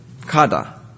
kada